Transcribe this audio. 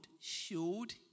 showed